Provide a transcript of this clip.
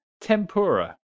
Tempura